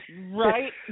Right